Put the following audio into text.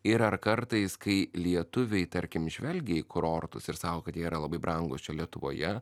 ir ar kartais kai lietuviai tarkim žvelgia į kurortus ir sau kad jie yra labai brangūs čia lietuvoje